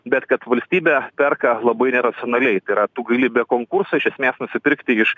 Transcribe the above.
bet kad valstybė perka labai neracionaliai tai yra tu gali be konkurso iš esmės nusipirkti iš